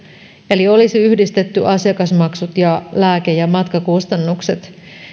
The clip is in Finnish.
eli olisi yhdistetty asiakasmaksut ja lääke ja matkakustannukset